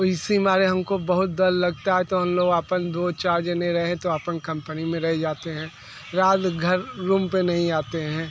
तो इसी मारे हमको बहुत डर लगता है तो हम लोग अपन दो चार जने रहें तो अपन कम्पनी में रह जाते हैं रात घर रूम पे नहीं आते हैं